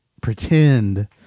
pretend